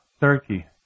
Turkey